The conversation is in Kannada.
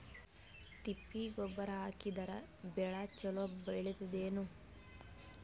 ತಿಪ್ಪಿ ಗೊಬ್ಬರ ಹಾಕಿದರ ಬೆಳ ಚಲೋ ಬೆಳಿತದೇನು?